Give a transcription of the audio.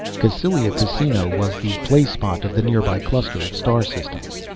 cassylia casino was the playspot of the nearby cluster of star systems.